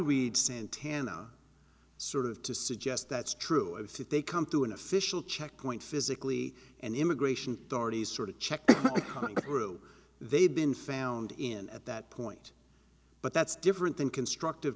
read santana sort of to suggest that's true if they come to an official checkpoint physically and immigration authorities sort of check through they've been found in at that point but that's different than constructive